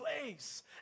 place